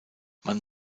man